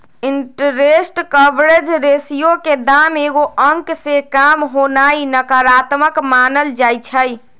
interest coverage ratio के दाम एगो अंक से काम होनाइ नकारात्मक मानल जाइ छइ